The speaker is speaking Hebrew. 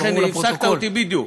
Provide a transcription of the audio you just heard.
לכן, הפסקת אותי בדיוק.